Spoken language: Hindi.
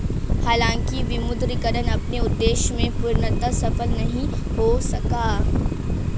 हालांकि विमुद्रीकरण अपने उद्देश्य में पूर्णतः सफल नहीं हो सका